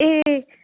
ए